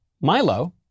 Milo